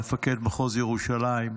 מפקד מחוז ירושלים,